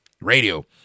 radio